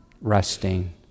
resting